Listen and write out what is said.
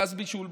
גז בישול,